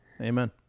Amen